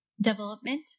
development